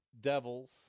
Devils